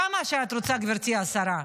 כמה שאת רוצה, גברתי השרה,